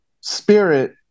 spirit